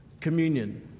communion